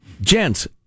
Gents